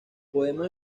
podemos